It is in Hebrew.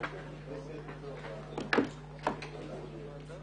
מתכבדת לפתוח את הוועדה